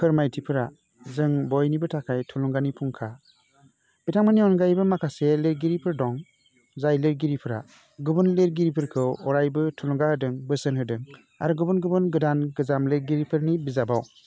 फोरमायथिफोरा जों बयनिबो थाखाय थुलुंगानि फुंखा बिथांमोननि अनगायैबो माखासे लिरगिरिफोर दं जाय लिरगिरिफ्रा गुबुन लिरगिरिफोरखौ अरायबो थुलुंगा होदों बोसोन होदों आरो गुबुन गुबुन गोदान गोजाम लिरगिरिफोरनि बिजाबाव